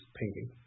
painting